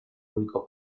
único